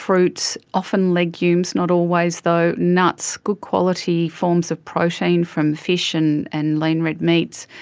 fruits, often legumes, not always though, nuts, good-quality forms of protein from fish and and lean red meats,